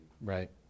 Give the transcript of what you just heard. Right